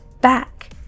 back